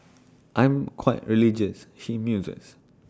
I'm quite religious she muses